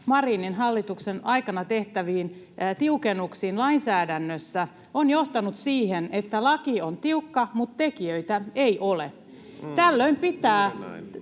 Marinin hallituksen aikana tehtyihin tiukennuksiin lainsäädännössä on johtanut siihen, että laki on tiukka mutta tekijöitä ei ole. Tällöin pitää